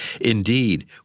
Indeed